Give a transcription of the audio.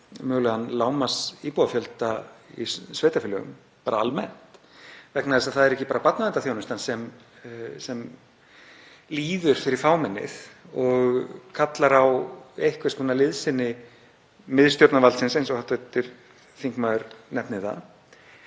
mögulegan lágmarksíbúafjölda í sveitarfélögum almennt vegna þess að það er ekki bara barnaverndarþjónustan sem líður fyrir fámennið og kallar á einhvers konar liðsinni miðstjórnarvaldsins, eins og hv. þingmaður nefnir það.